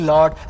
Lord